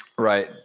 right